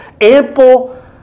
ample